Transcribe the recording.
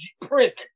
prison